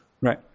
Right